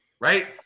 Right